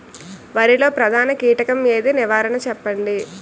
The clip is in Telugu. వరిలో ప్రధాన కీటకం ఏది? నివారణ చెప్పండి?